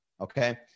okay